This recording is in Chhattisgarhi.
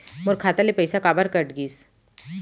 मोर खाता ले पइसा काबर कट गिस?